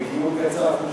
לדיון קצר.